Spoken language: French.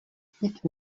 pique